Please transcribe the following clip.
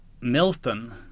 Milton